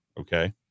okay